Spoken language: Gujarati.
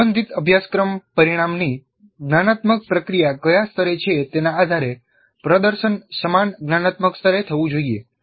સંબંધિત અભ્યાસક્રમ પરિણામ ની જ્ઞાનાત્મક પ્રક્રિયા કયા સ્તરે છે તેના આધારે પ્રદર્શન સમાન જ્ઞાનાત્મક સ્તરે થવું જોઈએ